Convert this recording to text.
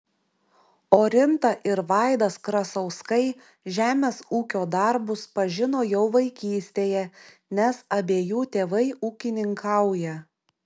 orinta ir vaidas krasauskai žemės ūkio darbus pažino jau vaikystėje nes abiejų tėvai ūkininkauja